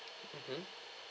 mmhmm